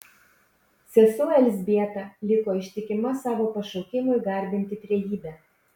sesuo elzbieta liko ištikima savo pašaukimui garbinti trejybę